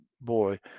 Boy